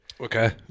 Okay